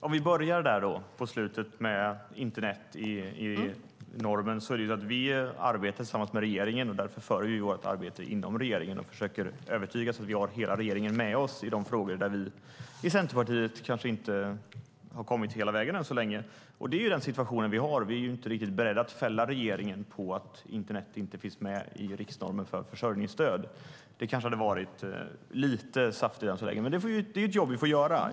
Herr talman! Jag kan börja med frågan om att internet ska ingå i normen. Vi arbetar tillsammans med regeringen, och därför bedriver vi vårt arbete inom regeringen och försöker övertyga och få hela regeringen med oss i de frågor där vi i Centerpartiet kanske inte har kommit hela vägen än så länge. Det är den situation som vi har. Vi är inte riktigt beredda att fälla regeringen på grund av att internet inte finns med i riksnormen för försörjningsstöd. Men detta är ett jobb vi får göra.